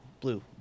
Blue